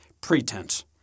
Pretense